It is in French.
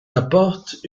apporte